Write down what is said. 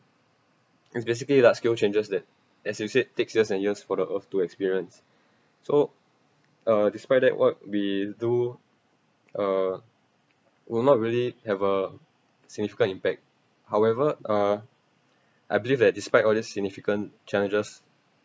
it's basically large scale changes that as you said takes years and years for the earth to experience so uh despite that what we do uh will not really have a significant impact however uh I believe that despite all the significant challenges